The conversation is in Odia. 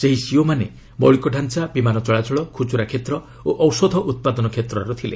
ସେହି ସିଇଓମାନେ ମୌଳିକଢାଞ୍ଚା ବିମାନ ଚଳାଚଳ ଖୁଚୁରା କ୍ଷେତ୍ର ଓ ଔଷଧ ଉତ୍ପାଦନ କ୍ଷେତ୍ରର ଥିଲେ